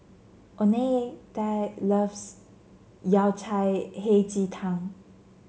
Oneida loves Yao Cai Hei Ji Tang